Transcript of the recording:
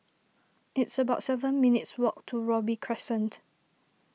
it's about seven minutes' walk to Robey Crescent